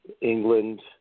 England